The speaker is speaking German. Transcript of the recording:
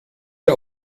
der